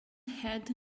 had